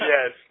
Yes